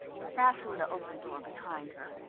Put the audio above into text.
fastened the open door behind her,